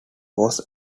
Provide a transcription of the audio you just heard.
was